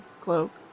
cloak